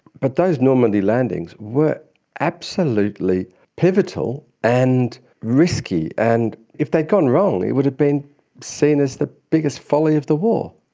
but those normandy landings were absolutely pivotal and risky, and if they had gone wrong it would have been seen as the biggest folly of the war.